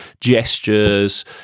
gestures